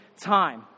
time